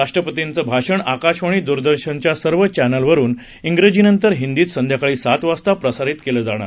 राष्ट्रपतींचं भाषण आकाशवाणी द्रदर्शनच्या सर्व चॅनल्सवरुन विजीनंतर हिंदीत संध्याकाळी सात वाजता प्रसारित केलं जाणार